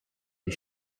les